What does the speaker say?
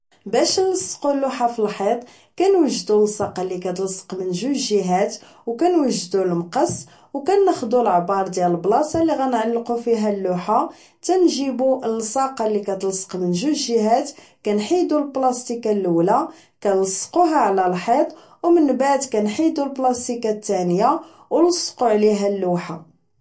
باش نلصقو اللوحة فالحيط كنوجدو اللصاقة اللي كتلصق من جوج جيهات و كنوجدو المقص و كناخدو العبار ديال البلاصة اللي غنعلقو فيها اللوحة تنجيبو اللصاقة اللي كتلصق من جوج جيهات كنحيدو البلاسيكة الاو لا كنلصقوها على الحيط و من بعد كنحيدو البلاستيكة التانية و نصلقو عليها اللوحة